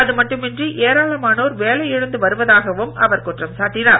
அது மட்டுமின்றி ஏராளமானோர் வேலை இழந்து வருவதாகவும் அவர் குற்றம் சாட்டினார்